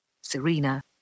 Serena